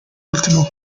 último